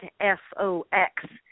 F-O-X